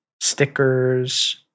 stickers